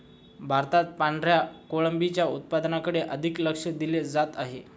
भारतात पांढऱ्या कोळंबीच्या उत्पादनाकडे अधिक लक्ष दिले जात आहे